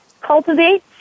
cultivate